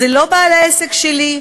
זה לא העסק שלי,